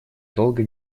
долго